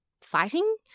fighting